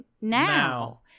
now